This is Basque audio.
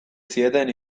zieten